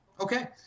Okay